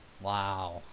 Wow